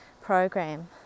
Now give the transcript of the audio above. program